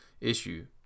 issue